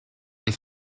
est